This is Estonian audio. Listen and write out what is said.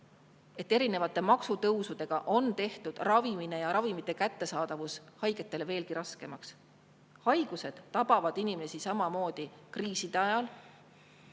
et erinevate maksutõusudega on tehtud ravimine ja ravimite kättesaadavus haigetele veelgi raskemaks. Haigused tabavad inimesi samamoodi kriiside ajal.